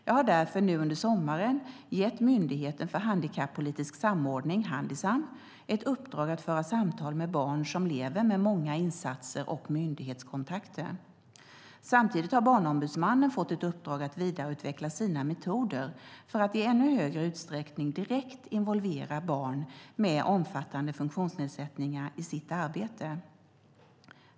Jag har därför, nu under sommaren, gett Myndigheten för handikappolitisk samordning, Handisam, ett uppdrag att föra samtal med barn som lever med många insatser och myndighetskontakter. Samtidigt har Barnombudsmannen fått ett uppdrag att vidareutveckla sina metoder för att i ännu högre utsträckning direkt involvera barn med omfattande funktionsnedsättningar i sitt arbete.